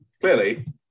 clearly